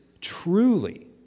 truly